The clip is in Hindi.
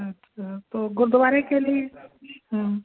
अच्छा तो गुरूद्वारे के लिए